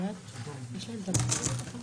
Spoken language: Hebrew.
יש גנט מסודר.